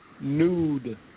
nude